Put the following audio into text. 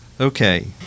Okay